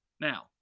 Now